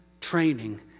training